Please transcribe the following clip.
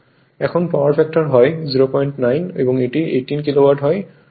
এখন power factor হয় 09 এবং এটি 18 কিলোওয়াট হয়